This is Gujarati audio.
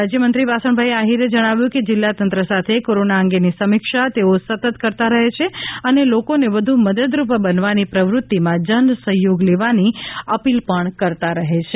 રાજ્યમંત્રી વાસણભાઈ આહિરે જણાવ્યું છે કે જિલ્લાતંત્ર સાથે કોરોના અંગેની સમીક્ષા તેઓ સતત કરતાં રહે છે અને લોકોને વધુ મદદરૂપ બનવાની પ્રવૃ ત્તિમાં જન સહયોગ લેવાની અપીલ પણ કરતાં રહે છે